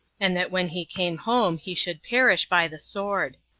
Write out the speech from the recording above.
and that when he came home he should perish by the sword.